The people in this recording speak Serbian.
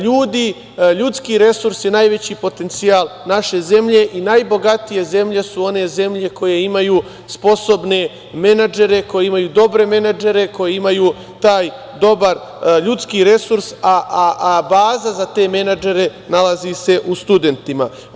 Ljudski resurs je najveći potencijal naše zemlje i najbogatije zemlje su one zemlje koje imaju sposobne menadžere, koje imaju dobre menadžere, koje imaju taj dobar ljudski resurs, a baza za te menadžere nalazi se u studentima.